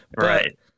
Right